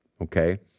Okay